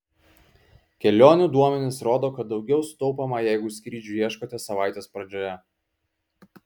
kelionių duomenys rodo kad daugiau sutaupoma jeigu skrydžių ieškote savaitės pradžioje